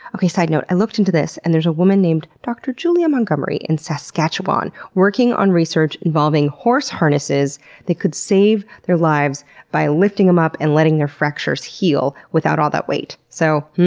okay, so you know i looked into this and there is a woman named dr. julia montgomery in saskatchewan working on research involving horse harnesses that could save their lives by lifting them up and letting their fractures heal without all that weight. so,